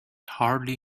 hardly